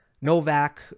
Novak